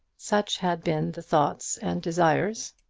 such had been the thoughts and desires,